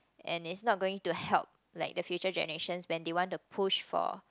and it's not going to help like the future generations when they want to push for